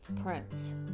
Prince